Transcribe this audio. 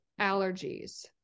allergies